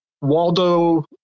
Waldo